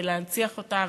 להנציח אותה,